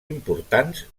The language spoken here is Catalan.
importants